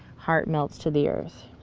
heart melts to the earth.